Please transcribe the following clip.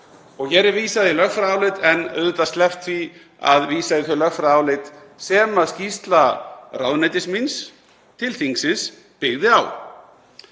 Hér er vísað í lögfræðiálit en auðvitað sleppt því að vísa í þau lögfræðiálit sem skýrsla ráðuneytis míns til þingsins byggði á.